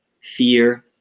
fear